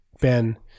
Ben